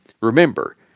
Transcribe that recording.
Remember